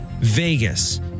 Vegas